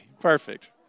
perfect